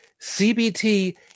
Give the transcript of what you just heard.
CBT